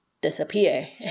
disappear